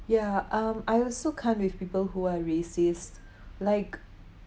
ya um I also can't with people who are racist like